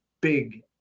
big